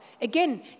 Again